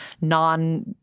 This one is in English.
non